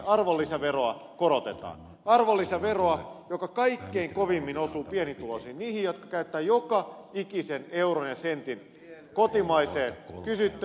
arvonlisäveroa korotetaan arvonlisäveroa joka kaikkein kovimmin osuu pienituloisiin niihin jotka käyttävät joka ikisen euron ja sentin kotimaiseen kysyntään